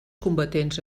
combatents